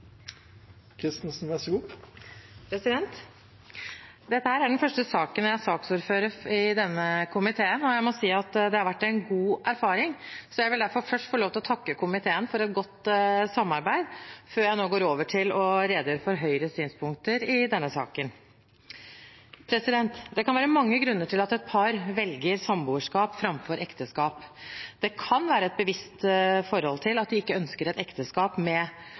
saksordfører for i denne komiteen, og jeg må si at det har vært en god erfaring. Jeg vil derfor gjerne få lov til å takke komiteen for et godt samarbeid før jeg går over til å redegjøre for Høyres synspunkter i denne saken. Det kan være mange grunner til at et par velger samboerskap framfor ekteskap. Kanskje har de et bevisst forhold til at de ikke ønsker et ekteskap, med